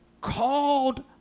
called